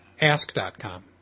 Ask.com